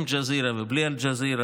עם אל-ג'זירה ובלי אל-ג'זירה,